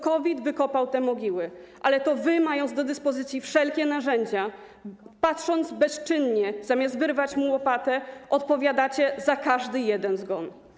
COVID wykopał te mogiły, ale to wy, mając do dyspozycji wszelkie narzędzia, patrzyliście bezczynnie, zamiast wyrwać mu łopatę, i odpowiadacie za każdy jeden zgon.